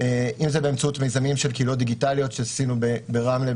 אם זה באמצעות מיזמים של קהילות דיגיטליות שעשינו ברמלה,